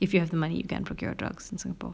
if you have the money you can procure drugs in singapore